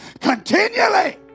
continually